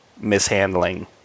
mishandling